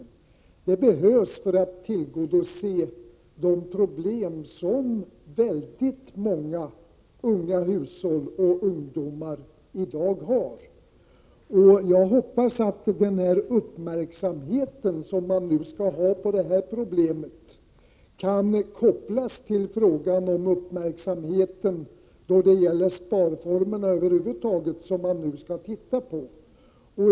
Dessa lån behövs för att lösa de problem som många unga hushåll och ungdomar har i dag. Jag hoppas att den uppmärksamhet som man nu kommer att ägna detta problem kommer att kunna kopplas till frågan om sparformer, som man nu skall studera över huvud taget.